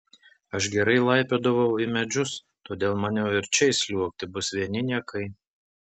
aš gerai laipiodavau į medžius todėl maniau ir čia įsliuogti bus vieni niekai